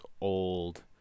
old